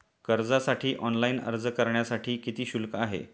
कर्जासाठी ऑनलाइन अर्ज करण्यासाठी किती शुल्क आहे?